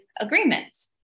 agreements